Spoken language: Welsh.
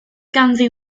ganddi